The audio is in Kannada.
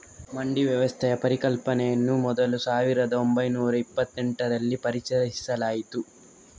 ಮಂಡಿ ವ್ಯವಸ್ಥೆಯ ಪರಿಕಲ್ಪನೆಯನ್ನು ಮೊದಲು ಸಾವಿರದ ಓಂಬೈನೂರ ಇಪ್ಪತ್ತೆಂಟರಲ್ಲಿ ಪರಿಚಯಿಸಲಾಯಿತು